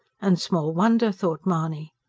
and small wonder, thought mahony.